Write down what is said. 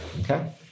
okay